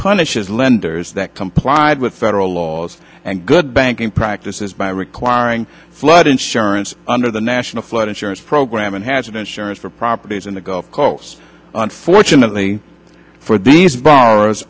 punishes lenders that complied with federal laws and good banking practices by requiring flood insurance under the national flood insurance program and has an insurance for properties in the gulf coast unfortunately for these b